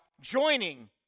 joining